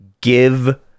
give